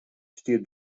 stiet